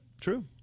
True